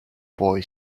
boy